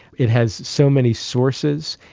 it has so many sources,